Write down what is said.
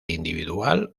individual